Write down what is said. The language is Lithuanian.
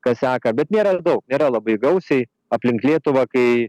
kas seka bet nėra jų daug nėra labai gausiai aplink lietuvą kai